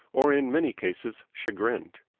or in many cases chagrined.